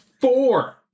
Four